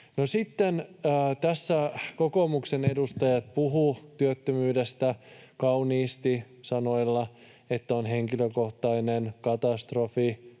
tässä kokoomuksen edustajat puhuivat työttömyydestä kauniisti sanoilla, että on henkilökohtainen katastrofi,